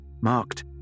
marked